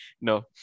No